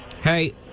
Hey